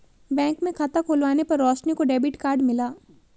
bank में खाता खुलवाने पर रोशनी को डेबिट कार्ड मिला